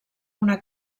una